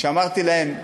ואמרתי להם: